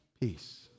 peace